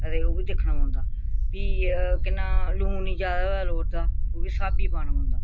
ते ओह् बी दिक्खना पौंदा फ्ही के नांऽ लून नी ज्यादा होऐ लोड़दा ओह् बी स्हाबी पाना पौंदा